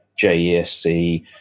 JESC